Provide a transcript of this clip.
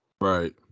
Right